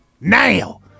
Now